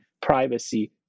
privacy